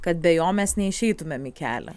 kad be jo mes neišeitumėm į kelią